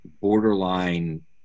borderline –